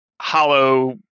hollow